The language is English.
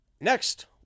Next